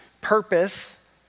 purpose